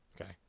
Okay